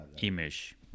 image